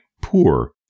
poor